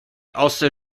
also